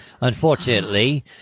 Unfortunately